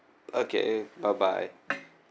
okay bye bye